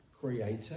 creator